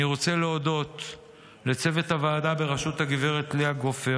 אני רוצה להודות לצוות הוועדה בראשות הגב' לאה גופר